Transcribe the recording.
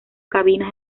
cabinas